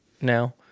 now